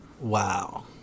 Wow